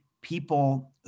people